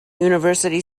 university